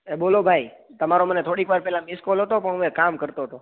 એ બોલો ભાઈ તમારો મને થોડી વાર પેલા મીસ કોલ હતો પણ હું એક કામ કરતો તો